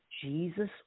Jesus